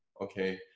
Okay